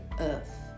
earth